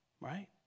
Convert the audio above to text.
right